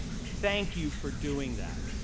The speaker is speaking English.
thank you for doing that?